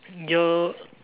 your